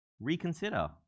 reconsider